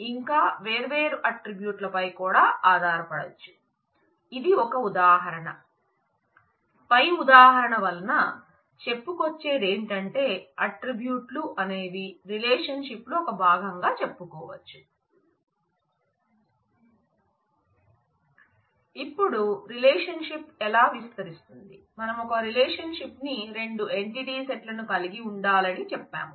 relationship లో ఒక భాగంగా చెప్పుకోవచ్చు